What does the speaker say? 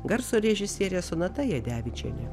garso režisierė sonata jadevičienė